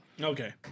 Okay